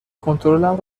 کنترلم